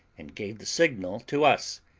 and gave the signal to us.